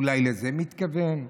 אולי לזה הוא מתכוון?